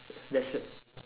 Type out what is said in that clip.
there's a